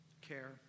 Care